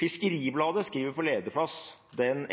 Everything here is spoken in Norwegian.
Fiskeribladet skriver på lederplass den